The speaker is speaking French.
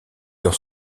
dans